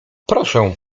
proszę